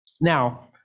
Now